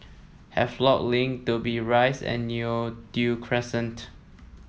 Havelock Link Dobbie Rise and Neo Tiew Crescent